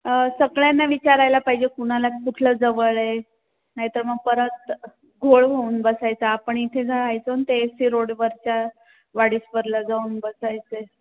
सगळ्यांना विचारायला पाहिजे कुणाला कुठलं जवळ आहे नाहीतर मग परत घोळ होऊन बसायचा आपण इथे जायचो नं ते ए सी रोडवरच्या वाडेश्वरला जाऊन बसायचे